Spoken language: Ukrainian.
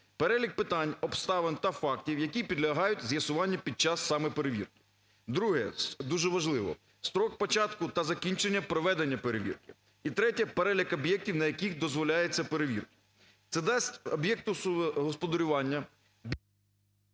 Перелік питань, обставин та фактів, які підлягають з'ясуванню під час саме перевірки. Друге. Дуже важливо. Строк початку та закінчення проведення перевірки. І третє. Перелік об'єктів, на яких дозволяється перевірки. Це дасть об'єкту господарювання…